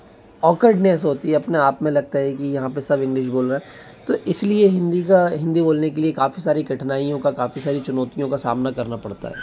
awkwardness होती है अपने आप में लगता है कि यहाँ पे सब इंग्लिश बोल रहे हैं तो इसलिए हिंदी का हिंदी बोलने की काफ़ी सारी कठिनाइयों का काफ़ी सारी चुनौतियों का सामना करना पड़ता है